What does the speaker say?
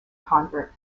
convert